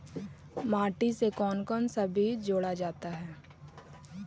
माटी से कौन कौन सा बीज जोड़ा जाता है?